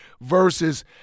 versus